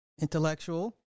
intellectual